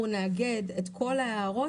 אנחנו נאגד את כל ההערות,